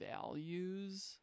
values